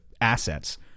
assets